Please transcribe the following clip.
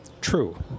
True